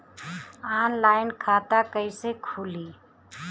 Online खाता कईसे खुलि?